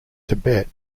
tibet